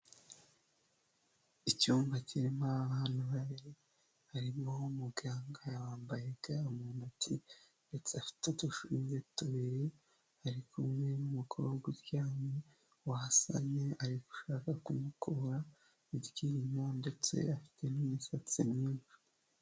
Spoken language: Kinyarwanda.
Icyumba kirimo abantu babiri harimo umuganga wambaye ga mu ntoki ndetse afite udushumi tubiri, ari kumwe n'umukobwa uryamye wasamye ari gushaka kumukura iryinyo ndetse afite n'imisatsi myinshi.